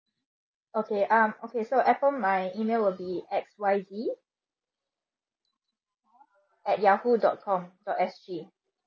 okay um okay so apple my email will be X Y Z at Yahoo dot com dot S_G